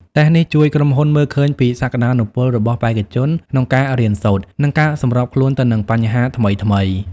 តេស្តនេះជួយក្រុមហ៊ុនមើលឃើញពីសក្តានុពលរបស់បេក្ខជនក្នុងការរៀនសូត្រ និងការសម្របខ្លួនទៅនឹងបញ្ហាថ្មីៗ។